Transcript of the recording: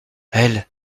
elle